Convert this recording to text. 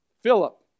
Philip